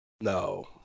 No